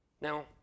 Now